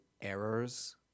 errors